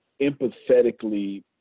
empathetically